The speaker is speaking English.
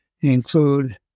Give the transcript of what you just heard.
include